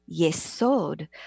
Yesod